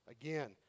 again